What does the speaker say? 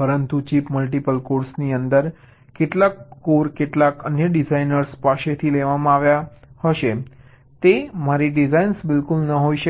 પરંતુ chip multiple કોર્સની અંદર કેટલાક કોર કેટલાક અન્ય ડિઝાઇનર્સ પાસેથી લેવામાં આવ્યા આવ્યા હશે તે મારી ડિઝાઇન બિલકુલ ન હોઈ શકે